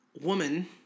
woman